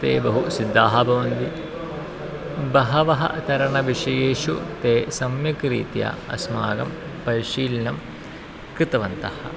ते बहु प्रसिद्धाः भवन्ति बहवः तरणविषयेषु ते सम्यक् रीत्या अस्माकं परिशीलनं कृतवन्तः